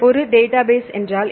ஒரு டேட்டாபேஸ் என்றால் என்ன